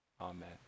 Amen